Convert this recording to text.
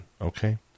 Okay